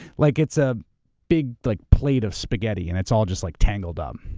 like it's a big like plate of spaghetti and it's all just like tangled up.